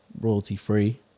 royalty-free